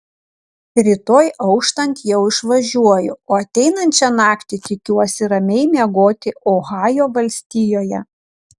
rytoj auštant jau išvažiuoju o ateinančią naktį tikiuosi ramiai miegoti ohajo valstijoje